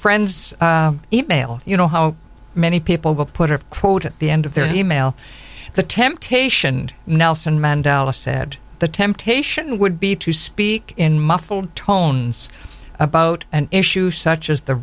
friend's email you know how many people will put a quote at the end of their e mail the temptation nelson mandela said the temptation would be to speak in muffled tones about an issue such as the